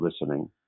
listening